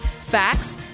facts